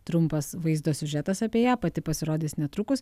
trumpas vaizdo siužetas apie ją pati pasirodys netrukus